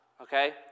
okay